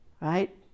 right